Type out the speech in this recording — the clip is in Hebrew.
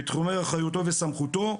בתחומי אחריותו וסמכותו,